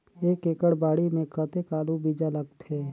एक एकड़ बाड़ी मे कतेक आलू बीजा लगथे?